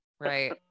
right